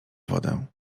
wodę